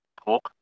pork